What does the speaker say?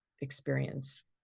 experience